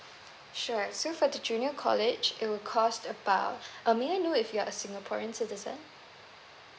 sure so for the junior college it will cost about uh may I know if you're a singaporean citizen